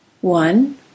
One